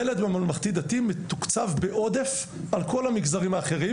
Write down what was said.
ילד בממלכתי דתי מתוקצב בעודף על כל המגזרים האחרים.